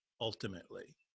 ultimately